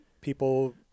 people